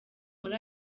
muri